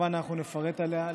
כמובן שנפרט עליה כשתצא.